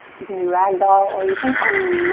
you can do rag doll or you can hop.